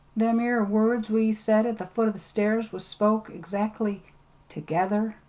them ere words we said at the foot of the stairs was spoke exactly together!